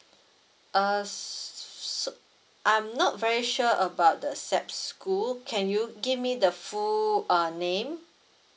uh s~ I'm not very sure about the SAP school can you give me the full uh name